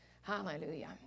Hallelujah